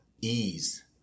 ease